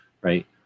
right